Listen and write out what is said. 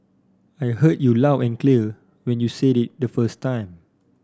I heard you loud and clear when you said it the first time